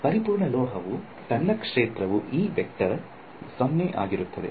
ಪರಿಪೂರ್ಣ ಲೋಹವು ತನ್ನ ಕ್ಷೇತ್ರ 0 ಹೊಂದಿರುತ್ತದೆ